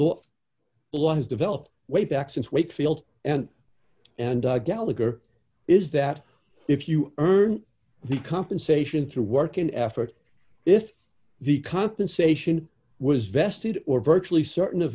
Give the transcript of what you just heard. lot has developed way back since wakefield and and gallagher is that if you earn the compensation through work and effort if the compensation was vested or virtually certain